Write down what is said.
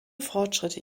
fortschritte